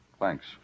Thanks